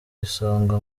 isonga